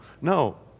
No